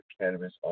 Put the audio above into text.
cannabis